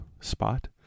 spot